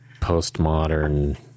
postmodern